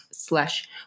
slash